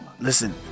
Listen